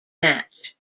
match